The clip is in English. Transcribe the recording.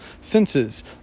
senses